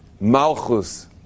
malchus